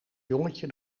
jongetje